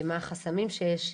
מה החסמים שיש.